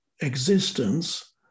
existence